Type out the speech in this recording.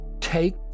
take